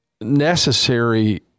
necessary